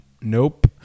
Nope